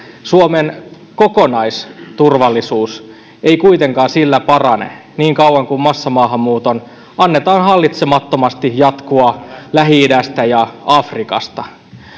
suomen kokonaisturvallisuus ei sillä parane niin kauan kuin massamaahanmuuton annetaan hallitsemattomasti jatkua lähi idästä ja afrikasta